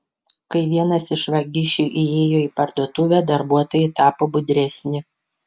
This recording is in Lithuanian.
kai vienas iš vagišių įėjo į parduotuvę darbuotojai tapo budresni